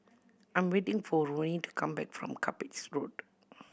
I'm waiting for Roni to come back from Cuppage Road